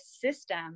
system